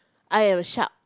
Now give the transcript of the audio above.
I have a shark